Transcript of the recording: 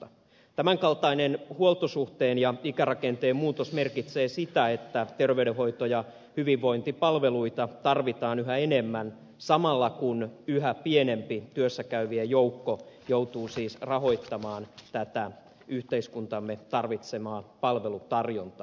tämän kaltainen huoltosuhteen ja ikärakenteen muutos merkitsee sitä että terveydenhoito ja hyvinvointipalveluita tarvitaan yhä enemmän samalla kun yhä pienempi työssä käyvien joukko joutuu siis rahoittamaan tätä yhteiskuntamme tarvitsemaa palvelutarjontaa